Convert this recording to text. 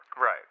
Right